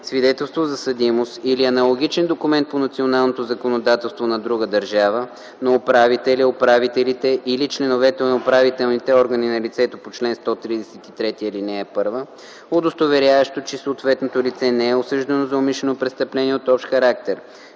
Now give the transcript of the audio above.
свидетелство за съдимост или аналогичен документ по националното законодателство на друга държава на управителя/управителите или членовете на управителните органи на лицето по чл. 133, ал. 1, удостоверяващо, че съответното лице не е осъждано за умишлено престъпление от общ характер;